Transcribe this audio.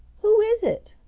who is it?